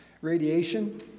radiation